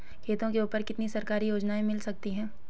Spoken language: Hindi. खेतों के ऊपर कितनी सरकारी योजनाएं मिल सकती हैं?